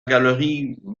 galerie